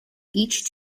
each